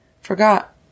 forgot